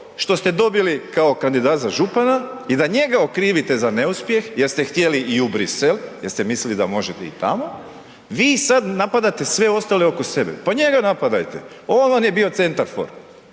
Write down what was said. što ste dobili kao kandidat za župana i da njega okrivite za neuspjeh jer ste htjeli i u Bruxelles jer ste mislili da možete i tamo, vi sad napadate sve ostale oko sebe. Pa njega napadajte, on vam je bio centarfor,